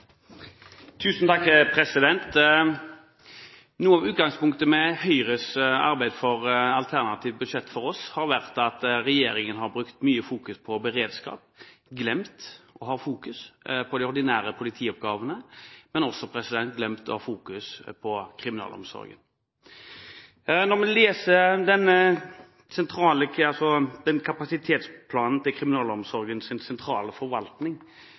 Noe av utgangspunktet for Høyres arbeid med alternativt budsjett har vært at regjeringen har hatt mye fokus på beredskap, men glemt å ha fokus på de ordinære politioppgavene og også glemt å ha fokus på kriminalomsorgen. Når vi leser kapasitetsplanen til kriminalomsorgens sentrale forvaltning, er det noen aha-opplevelser for oss som ikke til